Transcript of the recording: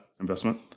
investment